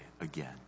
again